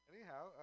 Anyhow